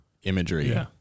imagery